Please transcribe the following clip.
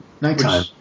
Nighttime